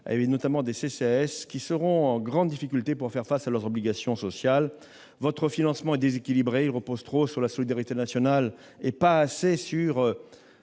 locales ; des CCAS seront en grande difficulté pour faire face à leurs obligations sociales. Votre financement est déséquilibré. Il repose trop sur la solidarité nationale et pas assez sur